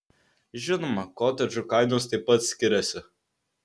žinoma kotedžų kainos taip pat skiriasi